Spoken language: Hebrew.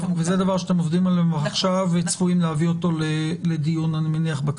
זה דבר שאתם עובדים עליו כבר עכשיו וצפויים להביא אותו לדיון בקבינט,